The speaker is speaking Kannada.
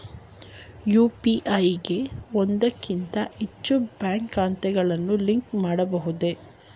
ಯು.ಪಿ.ಐ ಗೆ ಒಂದಕ್ಕಿಂತ ಹೆಚ್ಚು ಬ್ಯಾಂಕ್ ಖಾತೆಗಳನ್ನು ಲಿಂಕ್ ಮಾಡಬಹುದೇ?